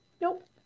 Nope